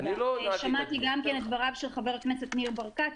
שמעתי גם את דבריו של חבר הכנסת ניר ברקת.